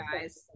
guys